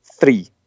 three